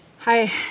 Hi